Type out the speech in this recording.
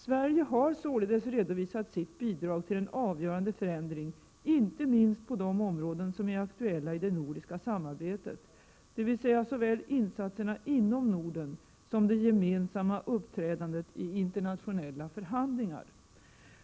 Sverige har således redovisat sitt bidrag till en avgörande förändring, inte minst på de områden som är aktuella i det nordiska samarbetet, dvs. såväl insatserna inom Norden som det gemensamma uppträdandet i internationella förhandlingar.